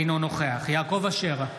אינו נוכח יעקב אשר,